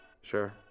sure